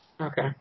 Okay